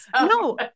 no